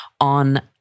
on